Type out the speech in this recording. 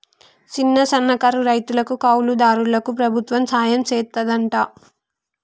సిన్న, సన్నకారు రైతులకు, కౌలు దారులకు ప్రభుత్వం సహాయం సెత్తాదంట